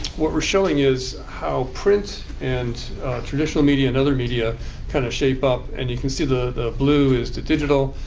what we're showing is how print and traditional media and other media kind of shape up. and you can see the blue is the digital.